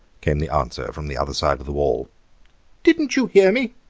came the answer from the other side of the wall didn't you hear me?